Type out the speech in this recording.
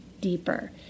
deeper